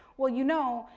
well, you know,